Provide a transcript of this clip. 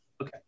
Okay